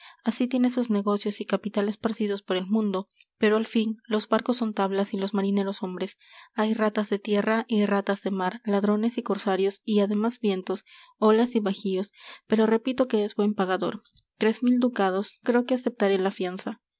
así tiene sus negocios y capital esparcidos por el mundo pero al fin los barcos son tablas y los marineros hombres hay ratas de tierra y ratas de mar ladrones y corsarios y ademas vientos olas y bajíos pero repito que es buen pagador tres mil ducados creo que aceptaré la fianza